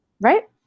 right